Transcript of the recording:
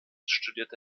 studierte